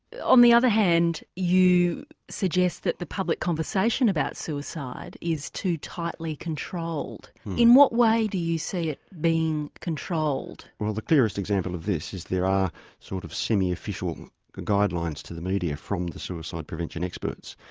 on the other hand you suggest that the public conversation about suicide is too tightly controlled in what way do you see it being controlled? well the clearest example of this is there are sort of semi-official guidelines to the media from the suicide prevention experts.